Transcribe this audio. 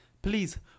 Please